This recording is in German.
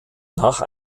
nach